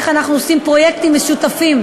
איך אנחנו עושים פרויקטים משותפים,